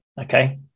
okay